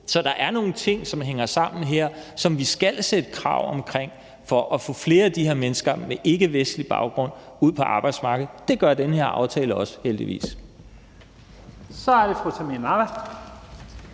Så der er nogle ting, som hænger sammen her, og som vi skal sætte krav omkring for at få flere af de her mennesker med ikkevestlig baggrund ud på arbejdsmarkedet. Det gør den her aftale heldigvis